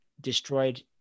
destroyed